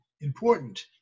important